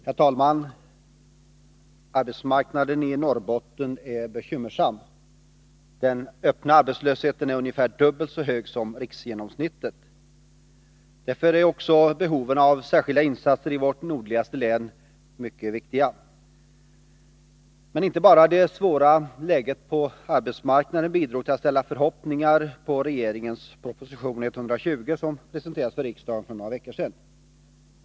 Herr talman! Arbetsmarknaden i Norrbotten är bekymmersam. Den öppna arbetslösheten är ungefär dubbelt så hög som riksgenomsnittet. Därför är också behoven av särskilda insatser i vårt nordligaste län mycket viktiga. Men inte bara det svåra läget på arbetsmarknaden bidrog till att det ställdes förhoppningar på regeringens proposition 120, som presenterades för riksdagen för några veckor sedan.